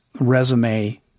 resume